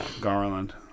Garland